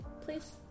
Please